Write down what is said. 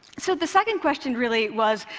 so the second question really was,